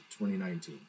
2019